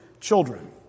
children